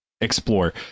explore